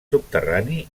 subterrani